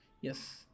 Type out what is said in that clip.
Yes